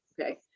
Okay